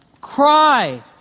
Cry